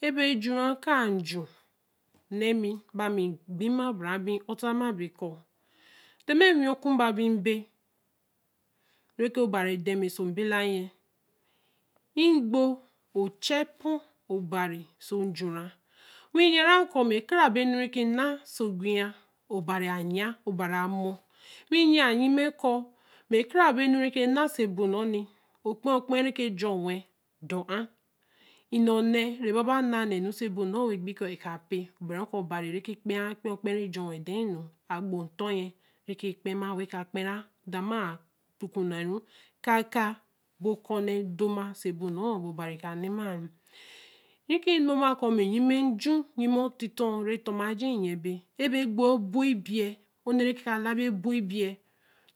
Ebe ju wen akaa ju, nee ni ba mi pei maa bara bami bo ta maa be ko ti ma owi kumba bi be re ke obari chan me oso bela yen re gbo ō cha epo obari oso nju ree re yen koo mae e ka ra benu oso ngi yen obari ayen obari a mor re yen lyime koo e-ka ra benu re ke naa oso ebo nno nni ō kpe-kpe re ke jor wen dor er e nee na ra baba nee oso bor nno wen pei koo e ka pe, gbere koo mee obari re kpe-ya ō kpe-kpe agbo aton yen, re ke kpe maa, wen ka kpe ra da ma ku-ku naru kaka be kōō nee dor ma oso bor nno be obari ka nee maa nni re ki lema koo blyime nju, lyime titon re ton ma ajer yen be, re be gbowa e bo ebei o-nee re ka labi ebo ebei